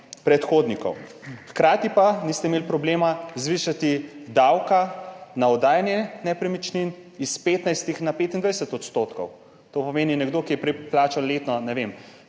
predhodnikov, hkrati pa niste imeli problema zvišati davka. Na oddajanje nepremičnin iz 15 na 25 odstotkov. To pomeni, nekdo, ki je prej plača letno, ne vem,